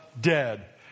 dead